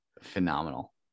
phenomenal